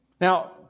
Now